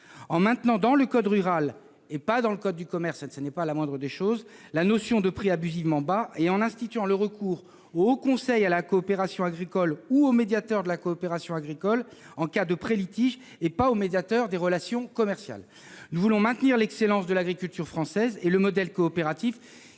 en maintenant, dans le code rural et non dans le code de commerce- ce n'est pas un point négligeable -la notion de prix abusivement bas et en instituant le recours au Haut Conseil de la coopération agricole ou au médiateur de la coopération agricole en cas de pré-litige, et non au médiateur des relations commerciales. Nous voulons maintenir l'excellence de l'agriculture française et le modèle coopératif,